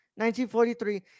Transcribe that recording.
1943